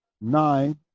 nine